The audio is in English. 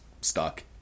stuck